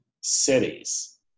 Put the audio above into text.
cities